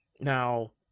Now